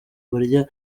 barya